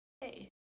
Hey